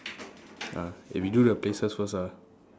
uh eh we do the places first ah